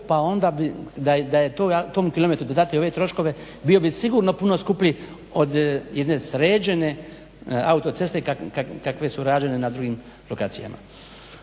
pa onda bi, da je tom kilometru dodati ove troškove bio bi sigurno puno skuplji od jedne sređene autoceste kakve su rađene na drugim lokacijama.